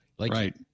Right